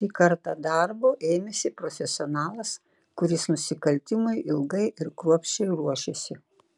šį kartą darbo ėmėsi profesionalas kuris nusikaltimui ilgai ir kruopščiai ruošėsi